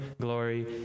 glory